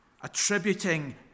attributing